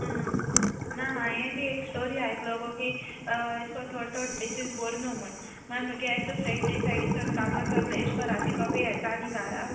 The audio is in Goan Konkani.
ना हांवें बी एक स्टोरी आयकलो गो की एशे को थोड्यो थोड्यो प्लेसीस बोर न्हू म्हण मागीर म्हुगे एकटो फ्रेंड ते सायडीसान कामा सोन एशे को राती बी येता आनी घारा